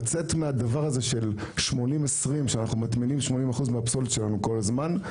לצאת מהדבר הזה של 80-20 שאנחנו מטמינים 80% מהפסולת שלנו כל הזמן.